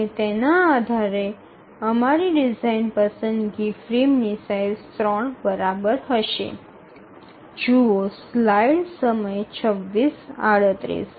અને તેના આધારે અમારી ડિઝાઇન પસંદગી ફ્રેમની સાઇઝ ૩ બરાબર હશે